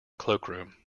cloakroom